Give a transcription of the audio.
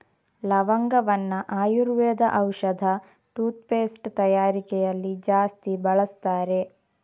ಲವಂಗವನ್ನ ಆಯುರ್ವೇದ ಔಷಧ, toothpaste ತಯಾರಿಕೆಯಲ್ಲಿ ಜಾಸ್ತಿ ಬಳಸ್ತಾರೆ